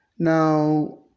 Now